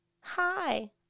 Hi